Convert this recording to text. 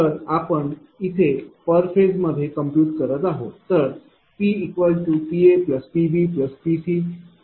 तर आपण पॉवर इथे पर फेज मध्ये कम्प्युट करत आहोत तर PPAPBPCसाठी सर्व डेटा दिलेला आहे